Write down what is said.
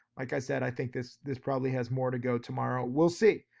like i said, i think this this probably has more to go tomorrow, we'll see.